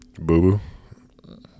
Boo-boo